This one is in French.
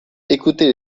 écoutez